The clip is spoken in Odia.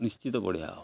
ନିଶ୍ଚିତ ବଢ଼ିଆ ହେବ